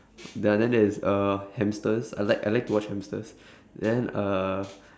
ya then there's uh hamsters I I like to watch hamsters then uh